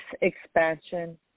expansion